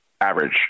average